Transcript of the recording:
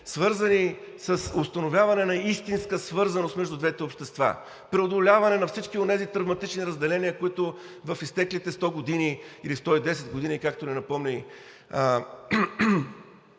свързани с установяване на истинска свързаност между двете общества, преодоляване на всички онези травматични разделения, които в изтеклите 100 години или 110 години, както ни напомни